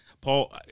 Paul